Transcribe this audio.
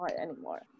anymore